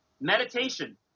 meditation